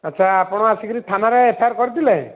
ଆଚ୍ଛା ଆପଣ ଆସି ଥାନାରେ ଏଫ ଆଇ ଆର୍ କରିଥିଲେ